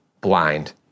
blind